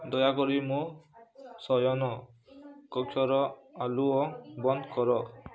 ଦୟାକରି ମୋ ଶୟନ କକ୍ଷର ଆଲୁଅ ବନ୍ଦ କର